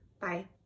Bye